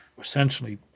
essentially